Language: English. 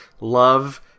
love